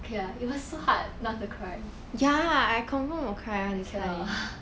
okay lah it was so hard not to cry I cannot